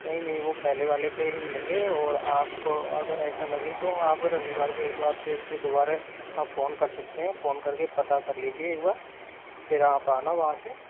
नहीं नहीं वो पहले वाले पे ही मिलेंगे और आपको अगर ऐसा लगे तो आप रविवार को एक बार फिर से दोबारा आप फ़ोन कर सकते हैं फ़ोन करके पता कर लीजिए एक बार फिर आप आना वहाँ से